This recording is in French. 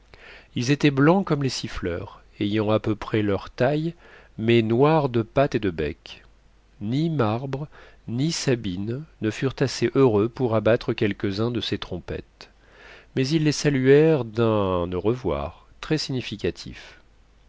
ils étaient blancs comme les siffleurs ayant à peu près leur taille mais noirs de pattes et de bec ni marbre ni sabine ne furent assez heureux pour abattre quelques-uns de ces trompettes mais ils les saluèrent d'un au revoir très significatif